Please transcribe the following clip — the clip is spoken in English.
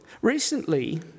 Recently